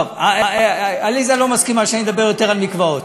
טוב, עליזה לא מסכימה שאני אדבר יותר על מקוואות,